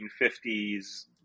1950s